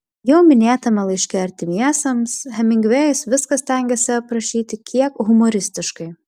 jau minėtame laiške artimiesiems hemingvėjus viską stengėsi aprašyti kiek humoristiškai